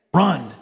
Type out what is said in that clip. run